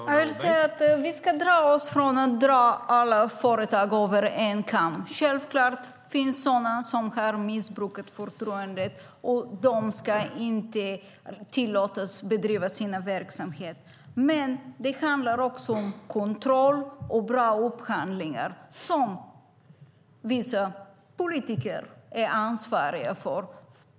Herr talman! Vi ska dra oss för att dra alla företag över en kam. Självklart finns det sådana som har missbrukat förtroendet, och de ska inte tillåtas bedriva sina verksamheter. Men det handlar också om kontroll och bra upphandlingar, som vissa politiker är ansvariga för.